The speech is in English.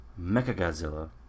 Mechagodzilla